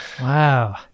Wow